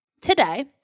today